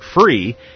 free